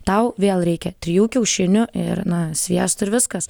tau vėl reikia trijų kiaušinių ir na sviesto ir viskas